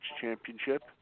Championship